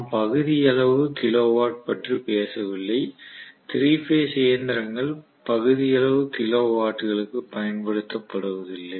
நாம் பகுதியளவு kilowatt பற்றி பேசவில்லை 3 பேஸ் இயந்திரங்கள் பகுதியளவு கிலோ வாட்களுக்கு பயன்படுத்தப்படுவதில்லை